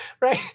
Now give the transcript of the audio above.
right